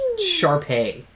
Sharpay